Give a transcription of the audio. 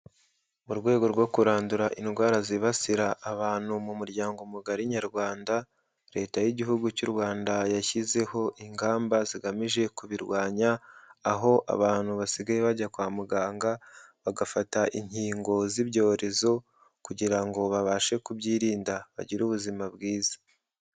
Mu rwego rwo kurandura indwara zibasira abantu mu muryango mugari nyarwanda, Leta y'igihugu cy'u Rwanda yashyizeho ingamba zigamije kubirwanya, aho abantu basigaye bajya kwa muganga, bagafata inkingo z'ibyorezo kugira ngo babashe kubyirinda, bagire ubuzima bwiza.